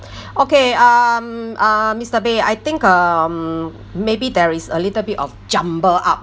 okay um uh mister beh I think um maybe there is a little bit of jumble up